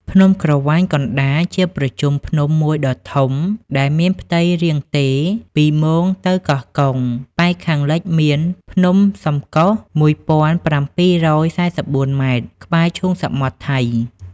ភ្នំក្រវាញកណ្តាល ជាប្រជុំភ្នំមួយដ៏ធំ ដែលមានផ្ទៃរាងទេរពីមោងទៅកោះកុង ប៉ែកខាងលិចមាន ភ្នំសំកុះ ១ ៧៤៤ ម៉ែត្រ ក្បែរឈូងសមុទ្រថៃ ។